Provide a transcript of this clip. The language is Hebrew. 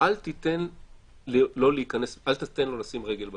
אל תיתן לו לשים רגל בדלת.